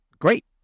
Great